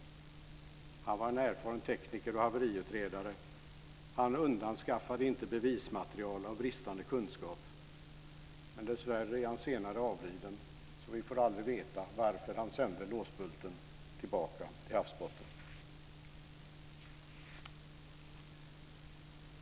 Han var en erfaren tekniker och haveriutredare. Han undanskaffade inte bevismaterial av bristande kunskap, men dessvärre är han senare avliden så vi kan aldrig få veta varför han sände låsbulten tillbaka till havsbotten.